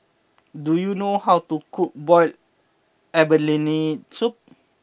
do you know how to cook Boiled Abalone Soup